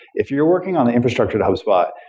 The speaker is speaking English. if you're working on the infrastructure to hubspot,